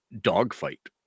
Dogfight